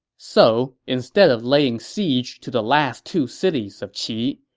so instead of laying siege to the last two cities of qi,